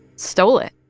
stole it,